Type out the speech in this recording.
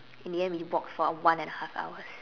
in the end we walked for one and a half hour